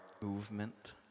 movement